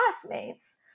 classmates